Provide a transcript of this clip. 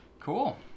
Cool